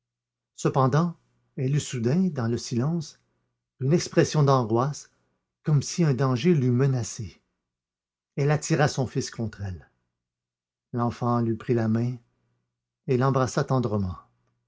cependant elle eut soudain dans le silence une expression d'angoisse comme si un danger l'eût menacée elle attira son fils contre elle l'enfant lui prit la main et l'embrassa tendrement